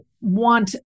want